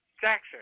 Jackson